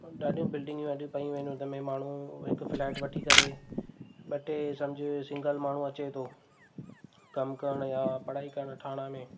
ॾाढियूं बिल्डिंगियूं अॼु पेयूं आहिनि हुन में माण्हू हिकु फ्लैट वठी करे ॿ टे समुझ सिंगल माण्हू अचे थो कमु करण या पढ़ाई करणु थाणा में